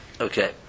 Okay